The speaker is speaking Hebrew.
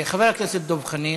חבר הכנסת דב חנין.